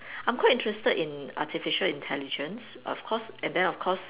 I'm quite interested in artificial intelligence of course and then of course